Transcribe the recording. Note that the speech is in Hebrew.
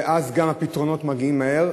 ואז גם הפתרונות מגיעים מהר,